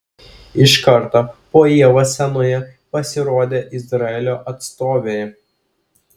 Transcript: iš karto po ievos scenoje pasirodė izraelio atstovė